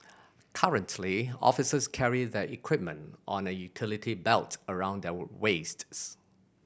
currently officers carry their equipment on a utility belt around their waists